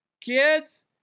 Kids